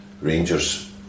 Rangers